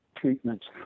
treatments